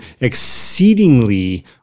exceedingly